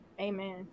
Amen